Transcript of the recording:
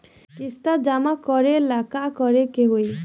किस्त जमा करे ला का करे के होई?